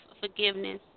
forgiveness